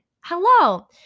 Hello